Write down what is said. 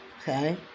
okay